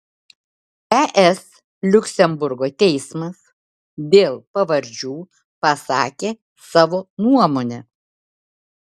es liuksemburgo teismas dėl pavardžių pasakė savo nuomonę